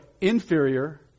inferior